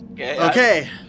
Okay